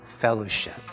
fellowship